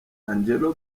angelo